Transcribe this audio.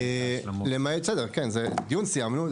את הדיון סיימנו.